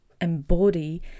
embody